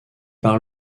par